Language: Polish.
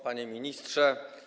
Panie Ministrze!